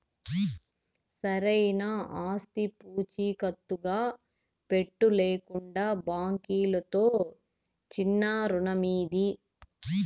సరైన ఆస్తి పూచీకత్తుగా పెట్టు, లేకంటే బాంకీలుతో చిన్నా రుణమీదు